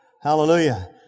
Hallelujah